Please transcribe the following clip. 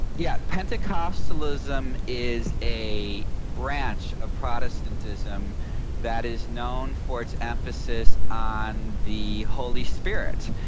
yeah pentecostalism is a branch of protestantism that is known for its emphasis on the holy spirit.